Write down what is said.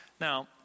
Now